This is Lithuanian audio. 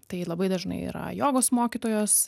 tai labai dažnai yra jogos mokytojos